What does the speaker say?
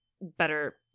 better